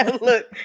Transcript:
Look